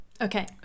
Okay